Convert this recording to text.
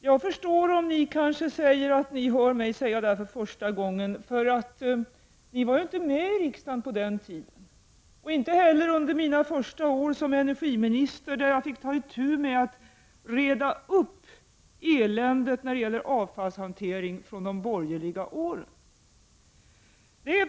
Jag förstår om mina meddebattörer säger att de hör mig säga det här för första gången, för de var inte med i riksdagen på den tiden och inte heller under mina första år som energiminister, då jag fick ta itu med att reda upp eländet med avfallshanteringen efter de borgerliga regeringsåren.